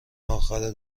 اخر